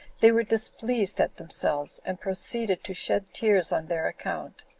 they were displeased at themselves, and proceeded to shed tears on their account,